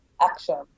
action